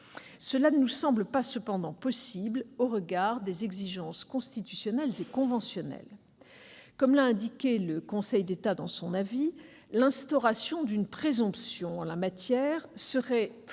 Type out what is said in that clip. cela ne nous semble pas possible au regard des exigences constitutionnelles et conventionnelles. Comme l'a indiqué le Conseil d'État dans son avis, l'instauration d'une présomption en la matière serait très